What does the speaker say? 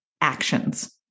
actions